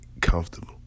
comfortable